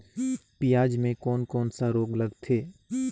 पियाज मे कोन कोन सा रोग लगथे?